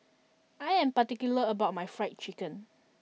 I am particular about my Fried Chicken